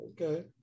okay